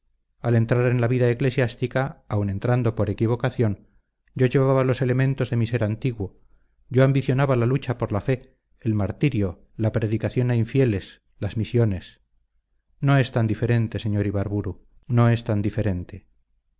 al entrar en la vida eclesiástica aun entrando por equivocación yo llevaba los elementos de mi ser antiguo yo ambicionaba la lucha por la fe el martirio la predicación a infieles las misiones no es tan diferente sr ibarburu no es tan diferente